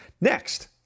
Next